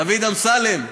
דוד אמסלם,